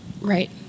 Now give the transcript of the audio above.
Right